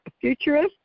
futurist